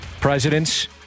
presidents